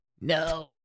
no